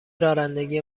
رانندگی